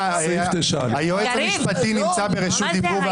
--- היועץ המשפטי נמצא ברשות דיבור,